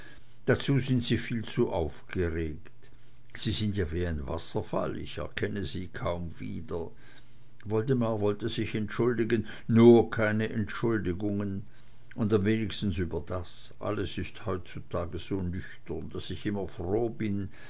dazu sind sie viel zu aufgeregt sie sind ja wie ein wasserfall ich erkenne sie kaum wieder woldemar wollte sich entschuldigen nur keine entschuldigungen und am wenigsten über das alles ist heutzutage so nüchtern daß ich immer froh bin